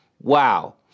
wow